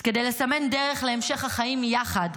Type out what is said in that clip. אז כדי לסמן דרך להמשך החיים יחד,